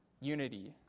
unity